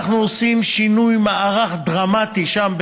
אנחנו עושים שינוי מערך דרמטי שם,